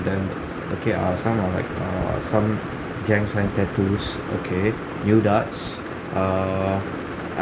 condemned okay err some are like err some gang sign tattoos okay nude arts err